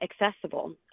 accessible